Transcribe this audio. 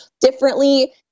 differently